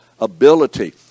ability